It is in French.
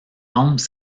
membres